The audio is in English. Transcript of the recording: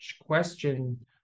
question